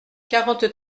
quarante